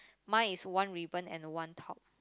mine is one ribbon and one top